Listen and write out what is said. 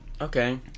Okay